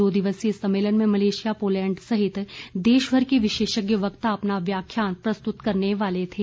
दो दिवसीय इस सम्मेलन में मलेशिया पोलेंड सहित देशभर के विशेषज्ञ वक्ता अपना व्याख्यान प्रस्तुत करने वाले थे